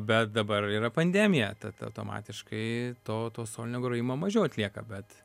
bet dabar yra pandemija tad automatiškai to to solinio grojimo mažiau atlieka bet